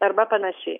arba panašiai